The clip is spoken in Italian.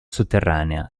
sotterranea